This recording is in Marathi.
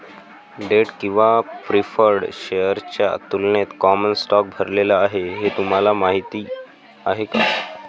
डेट किंवा प्रीफर्ड शेअर्सच्या तुलनेत कॉमन स्टॉक भरलेला आहे हे तुम्हाला माहीत आहे का?